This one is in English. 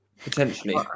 potentially